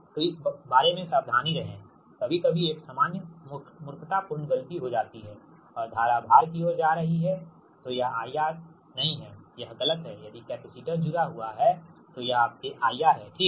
तो इस बारे में सावधान रहेंकभी कभी एक सामान्य मूर्खतापूर्ण गलती हो जाती है और धारा भार की ओर जा रही है तो यह IR नहीं है यह गलत है यदि कैपेसिटर जुड़ा हुआ है तो यह आपके IR हैठीक है